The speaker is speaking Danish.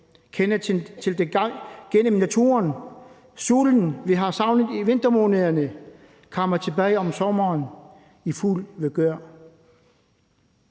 kender til det gennem naturen. Solen, vi har savnet i vintermånederne, kommer tilbage om sommeren i fuld vigør.